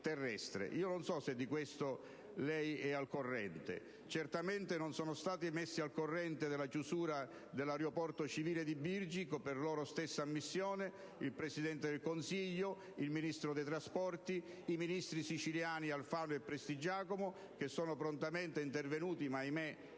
Non so se di questo lei è al corrente; certamente non sono stati messi al corrente della chiusura dell'aeroporto civile di Birgi, per loro stessa ammissione, il Presidente del Consiglio, il Ministro dei trasporti, i ministri siciliani Alfano e Prestigiacomo, che sono prontamente intervenuti ma, ahimè,